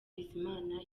bizimana